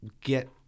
get